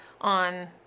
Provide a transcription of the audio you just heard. on